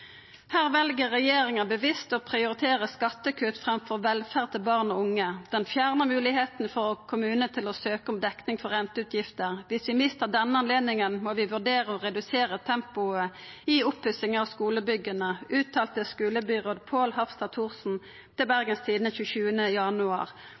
Her vel regjeringa bevisst å prioritera skattekutt framfor velferda til barn og unge. Ho fjernar moglegheita for ein kommune til å søkja om dekking av renteutgifter. «Hvis vi mister denne anledningen må vi vurdere å redusere tempoet i oppussingen av skolebyggene,» uttalte skulebyråd Pål Hafstad Thorsen til